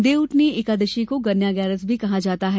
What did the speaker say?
देवउठनी एकादशी को गन्ना ग्यारस भी कहा जाता है